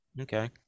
Okay